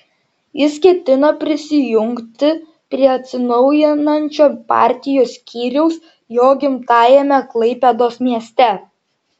jis ketina prisijungti prie atsinaujinančio partijos skyriaus jo gimtajame klaipėdos mieste